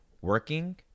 working